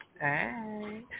Hey